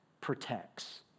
protects